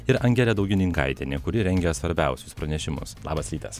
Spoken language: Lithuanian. ir angelė daugininkaitienė kuri rengia svarbiausius pranešimus labas rytas